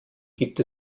gibt